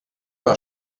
war